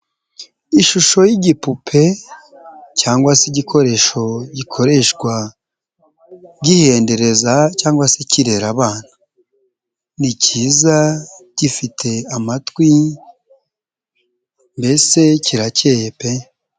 Ishusho y'igipupe cyangwa se igikoresho gikoreshwa gihendereza cyangwa se kirera abana. Ni kiza gifite amatwi, mbese kirakeye pe.